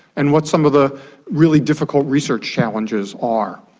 and what some of the really difficult research challenges are.